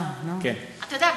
אתה יודע,